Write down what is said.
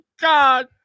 God